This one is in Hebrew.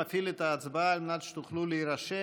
אני מפעיל את ההצבעה על מנת שתוכלו להירשם.